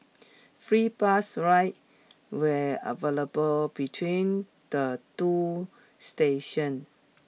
free bus rides were available between the two stations